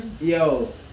Yo